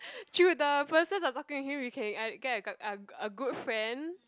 the person the talking to him you can ah get a g~ a good friend